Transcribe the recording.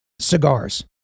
cigars